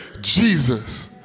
Jesus